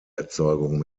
erzeugung